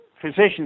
physician's